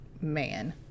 man